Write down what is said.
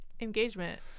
engagement